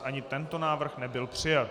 Ani tento návrh nebyl přijat.